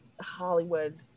Hollywood